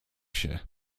się